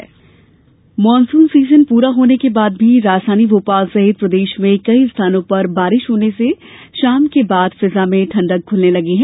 monsoon monsoon season पूरा होने के बाद भी राजधानी भोपाल सहित प्रदेश में कई स्थानों पर बारिश होने से शाम के बाद फिजां में ठंडक घुलने लगी है